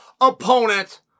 opponent